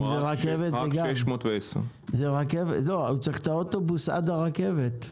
ישלם רק 610. לא, הוא צריך את האוטובוס עד הרכבת.